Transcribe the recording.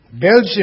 Belgium